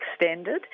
extended